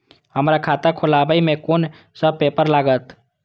हमरा खाता खोलाबई में कुन सब पेपर लागत?